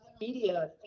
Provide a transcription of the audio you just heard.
media